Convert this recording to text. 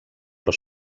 però